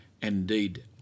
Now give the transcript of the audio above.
indeed